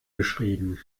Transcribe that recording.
geschrieben